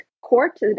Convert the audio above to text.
Court